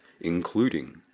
including